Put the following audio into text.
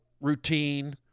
routine